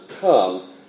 come